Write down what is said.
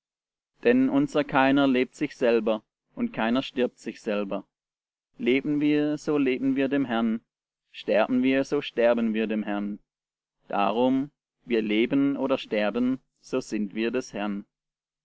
denn unser keiner lebt sich selber und keiner stirbt sich selber leben wir so leben wir dem herrn sterben wir so sterben wir dem herrn darum wir leben oder sterben so sind wir des herrn